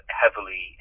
heavily